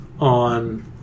on